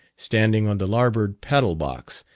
standing on the larboard paddle-box,